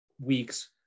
weeks